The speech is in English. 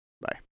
Bye